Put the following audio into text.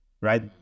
right